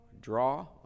Draw